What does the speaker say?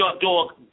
Dog